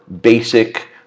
basic